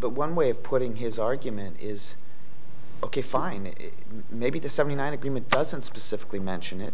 but one way of putting his argument is ok fine maybe the seventy nine agreement doesn't specifically mention